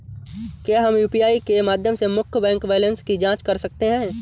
क्या हम यू.पी.आई के माध्यम से मुख्य बैंक बैलेंस की जाँच कर सकते हैं?